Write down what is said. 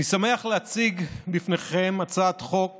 אני שמח להציג בפניכם הצעת חוק